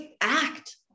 act